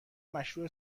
مشروح